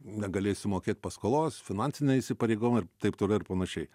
negalėsiu mokėt paskolos finansiniai įsipareigojimai ir taip toliau ir panašiai